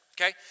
okay